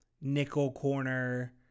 nickel-corner